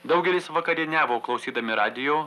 daugelis vakarieniavo klausydami radijo